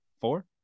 four